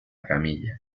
camilla